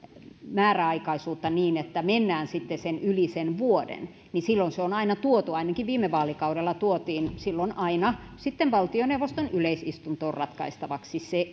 määräaikaisuutta niin että mennään sitten sen vuoden yli niin silloin se seuraava määräaikaisuus on aina tuotu ainakin viime vaalikaudella tuotiin valtioneuvoston yleisistuntoon ratkaistavaksi